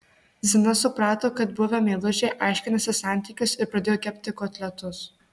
zina suprato kad buvę meilužiai aiškinasi santykius ir pradėjo kepti kotletus